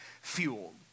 fueled